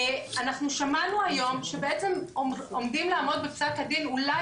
אנחנו שמענו היום שבעצם עומדים לעמוד בפסק הדין אולי